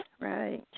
right